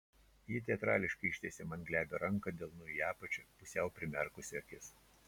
ji teatrališkai ištiesė man glebią ranką delnu į apačią pusiau primerkusi akis